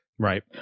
Right